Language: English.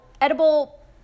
edible